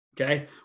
okay